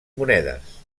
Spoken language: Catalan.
monedes